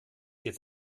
jetzt